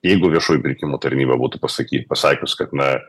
jeigu viešųjų pirkimų tarnyba būtų pasaky pasakius kad na